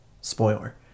Spoiler